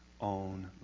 own